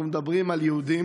אנחנו מדברים על יהודים